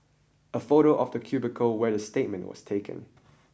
a photo of the cubicle where the statement was taken